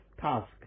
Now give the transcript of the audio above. task